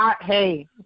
hey